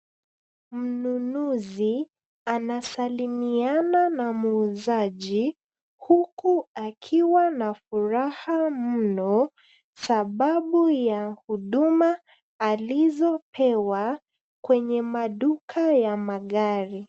Mnunuzi anasalimiana na muuazji huku akiwa na furaha mno sababu ya huduma alizopewa kwenye maduka ya magari.